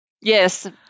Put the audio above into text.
Yes